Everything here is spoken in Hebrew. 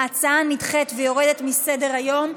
ההצעה נדחית ויורדת מסדר-היום.